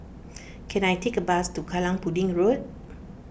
can I take a bus to Kallang Pudding Road